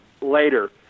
later